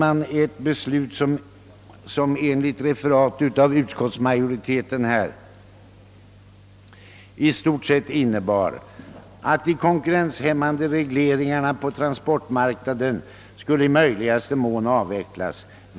För innebörden av detta beslut redogör nu utskottsmajoriteten på följande sätt: »De konkurrenshämmande regleringarna på transportmarknaden skall i möjligaste mån avvecklas.